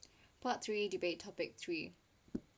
part three debate topic three um